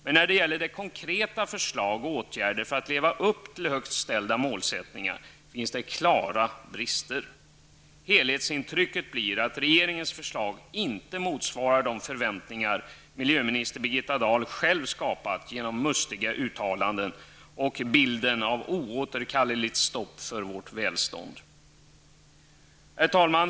Men när det gäller konkreta förslag och åtgärder för att leva upp till högt ställda mål finns det klara brister. Helhetsintrycket blir att regeringens förslag inte motsvarar de förväntningar som miljöminister Birgitta Dahl själv skapat genom mustiga uttalanden och frammanande av bilden av ett oåterkalleligt stopp för vårt välstånd. Herr talman!